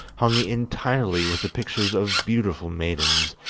hung entirely with the pictures of beautiful maidens,